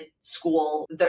school